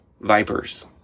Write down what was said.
vipers